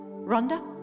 Rhonda